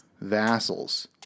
vassals